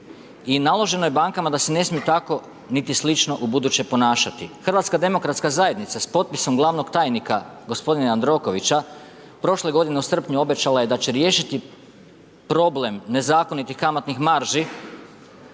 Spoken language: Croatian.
i naloženo je bankama da se ne smiju tako niti slično u buduće ponašati. HDZ s potpisom glavnog tajnika gospodina Jandrokovića prošle godine u srpnju obećala je da će riješiti problem nezakonitih kamatnih marži